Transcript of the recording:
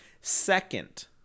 Second